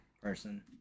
person